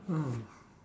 ah